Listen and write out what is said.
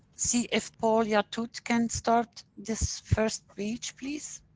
see if paul yatoute can start, this first page, please?